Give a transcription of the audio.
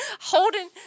holding